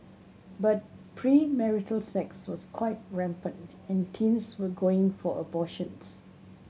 but premarital sex was quite rampant and teens were going for abortions